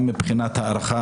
גם מבחינת הארכה,